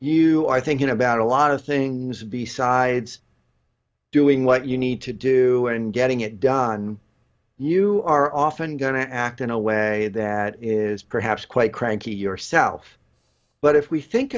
are thinking about a lot of things besides doing what you need to do and getting it done you are often going to act in a way that is perhaps quite cranky yourself but if we think